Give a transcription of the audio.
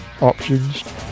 options